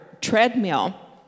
treadmill